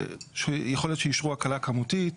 יכול להיות שאישרו הקלה כמותית,